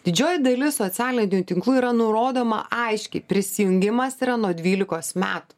didžioji dalis socialinių tinklų yra nurodoma aiškiai prisijungimas yra nuo dvylikos metų